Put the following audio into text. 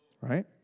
right